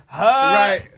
Right